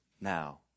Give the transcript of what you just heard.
now